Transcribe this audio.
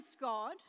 God